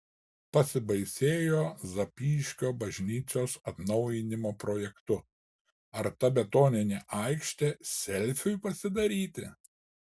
pasibaisėjo zapyškio bažnyčios atnaujinimo projektu ar ta betoninė aikštė selfiui pasidaryti